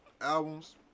albums